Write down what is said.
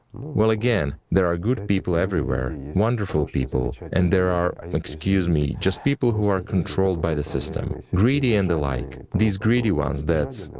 well, again, there are good people everywhere, wonderful people, and there are, excuse me, just people who are controlled by the system, greedy and the like. these greedy ones, that's.